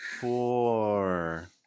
four